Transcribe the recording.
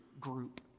group